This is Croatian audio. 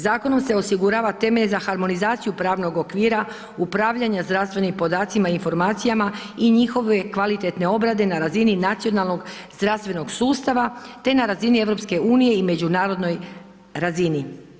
Zakonom se osigurava temelj za harmonizaciju pravnog okvira, upravljanja zdravstvenim podacima i informacijama i njihove kvalitetne obrade na razini nacionalnog zdravstvenog sustava te na razini EU-a i međunarodnoj razini.